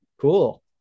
Cool